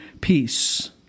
peace